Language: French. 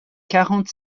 quarante